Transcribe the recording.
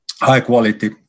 high-quality